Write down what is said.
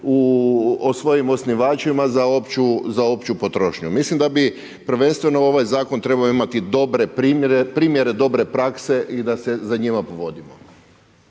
svojim osnivačima za opću potrošnju. Mislim da bi prvenstveno ovaj zakon trebao imati dobre primjere, primjere dobre prakse i da se za njima povodimo.